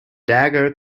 dagger